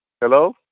Hello